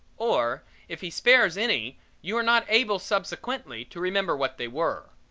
or if he spares any you are not able subsequently to remember what they were.